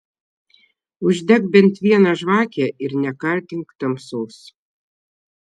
uždek bent vieną žvakę ir nekaltink tamsos